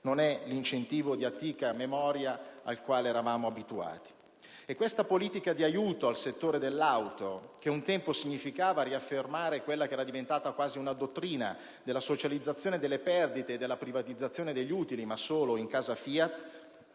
quindi l'incentivo di antica memoria al quale eravamo abituati. Questa politica di aiuto al settore dell'auto, che un tempo significava riaffermare quella che era diventata quasi una dottrina della socializzazione delle perdite e della privatizzazione degli utili, ma solo in casa FIAT,